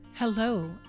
Hello